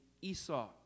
Esau